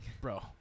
bro